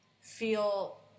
feel